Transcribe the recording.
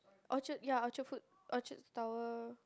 Orchard ya Orchard food Orchard Tower